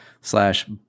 slash